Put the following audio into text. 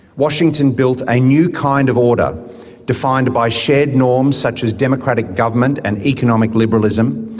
washington built a new kind of order defined by shared norms such as democratic government and economic liberalism,